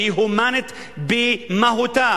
שהיא הומנית במהותה,